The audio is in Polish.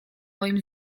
moim